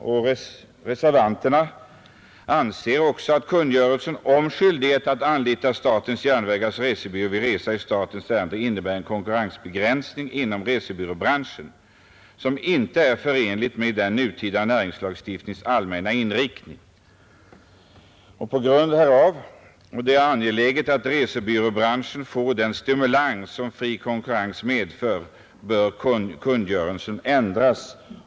Vi som reserverat oss vid det momentet anser också att kungörelsen om skyldighet att anlita statens järnvägars resebyrå vid resa i statens ärenden innebär en konkurrensbegränsning inom resebyråbranschen som inte är förenlig med den nutida näringslagstiftningens allmänna inriktning. På grund härav och då det är angeläget att resebyråbranschen får den stimulans som fri konkurrens medför bör kungörelsen ändras.